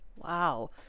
Wow